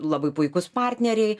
labai puikūs partneriai